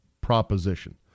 proposition